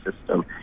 system